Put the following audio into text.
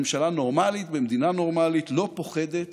ממשלה נורמלית במדינה נורמלית לא פוחדת